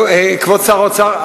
כבוד שר האוצר,